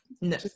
no